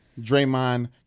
Draymond